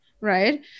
right